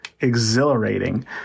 exhilarating